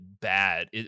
bad